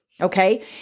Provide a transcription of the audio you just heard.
Okay